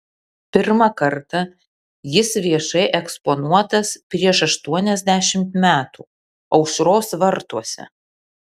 pirmą kartą jis viešai eksponuotas prieš aštuoniasdešimt metų aušros vartuose